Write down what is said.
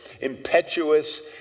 impetuous